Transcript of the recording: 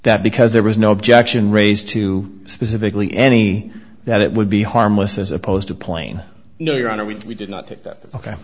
that because there was no objection raised to specifically any that it would be harmless as opposed to plain no your honor we did not take that ok